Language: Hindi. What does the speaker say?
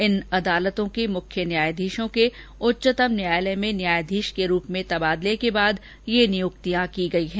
इन अदालतों के मुख्य न्यायाधीशों के उच्चतम न्यायालय में न्यायाधीश के रूप में तबादले के बाद ये नियुक्तियां की गयी हैं